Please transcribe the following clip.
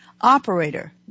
operator